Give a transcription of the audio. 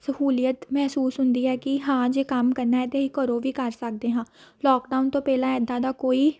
ਸਹੂਲੀਅਤ ਮਹਿਸੂਸ ਹੁੰਦੀ ਹੈ ਕਿ ਹਾਂ ਜੇ ਕੰਮ ਕਰਨਾ ਹੈ ਤਾਂ ਅਸੀਂ ਘਰੋਂ ਵੀ ਕਰ ਸਕਦੇ ਹਾਂ ਲੋਕਡਾਊਨ ਤੋਂ ਪਹਿਲਾਂ ਇੱਦਾਂ ਦਾ ਕੋਈ